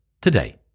today